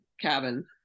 cabin